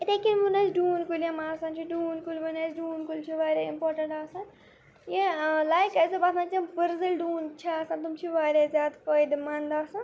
یِتھٕے کٔنۍ ووٚن اَسہِ ڈوٗنۍ کُلۍ یِم آسان چھِ ڈوٗنۍ کُلۍ ووٚن اَسہِ ڈوٗنۍ کُلۍ چھِ واریاہ اِمپاٹَنٛٹ آسان یہِ لایِک اَسہِ دوٚپ اَتھ منٛز چھِ تِم بُرٕزٔلۍ ڈوٗنۍ چھِ آسان تِم چھِ واریاہ زیادٕ فٲیدٕ مَنٛد آسان